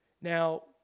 Now